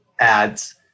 ads